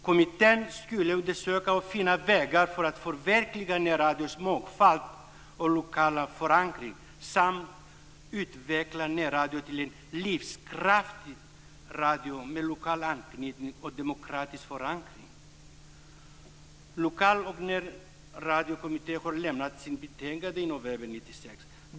Kommittén skulle undersöka och finna vägar för att förverkliga närradions mångfald och lokala förankring samt utveckla närradion till en livskraftig radio med lokal anknytning och demokratisk förankring. Lokal och närradiokommittén avlämnade sitt betänkande i november 1996.